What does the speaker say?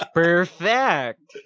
perfect